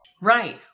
Right